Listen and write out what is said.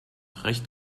recht